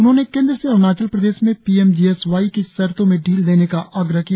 उन्होंने केंद्र से अरुणाचल प्रदेश में P M G S Y की शर्तो में ढील देने का आग्रह किया